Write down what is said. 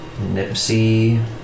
Nipsey